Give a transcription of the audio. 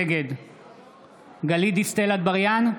נגד גלית דיסטל אטבריאן,